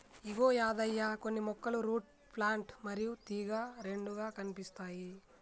ఇగో యాదయ్య కొన్ని మొక్కలు root plant మరియు తీగ రెండుగా కనిపిస్తాయి